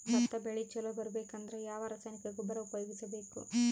ಭತ್ತ ಬೆಳಿ ಚಲೋ ಬರಬೇಕು ಅಂದ್ರ ಯಾವ ರಾಸಾಯನಿಕ ಗೊಬ್ಬರ ಉಪಯೋಗಿಸ ಬೇಕು?